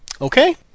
Okay